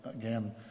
again